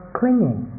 clinging